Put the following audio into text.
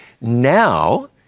Now